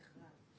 כן.